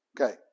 Okay